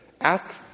Ask